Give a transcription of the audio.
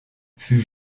fut